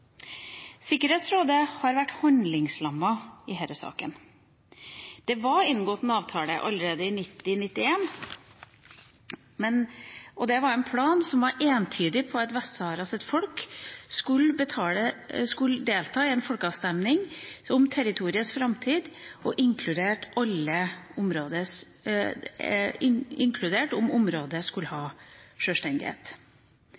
Sikkerhetsrådet har vært handlingslammet i denne saken. Det var inngått en avtale allerede i 1990–1991, og det var en plan som var entydig på at Vest-Saharas folk skulle delta i en folkeavstemning om territoriets framtid, inkludert